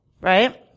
right